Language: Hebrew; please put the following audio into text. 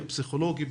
הפסיכולוגי,